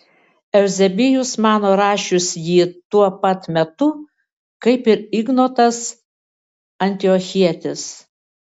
euzebijus mano rašius jį tuo pat metu kaip ir ignotas antiochietis